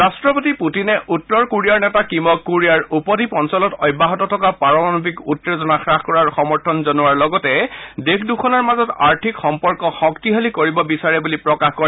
ৰাট্টপতি পুটিনে উত্তৰ কোৰিয়াৰ নেতা কিমক কোৰিয়াৰ উপদ্বীপ অঞ্চলত অব্যাহত থকা পাৰমাণৱিক উত্তেজনা হ্ৰাস কৰাৰ সমৰ্থন জনোৱাৰ লগতে দেশ দুখনৰ মাজত আৰ্থিক সম্পৰ্ক শক্তিশালী কৰিব বিচাৰে বুলি প্ৰকাশ কৰে